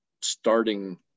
starting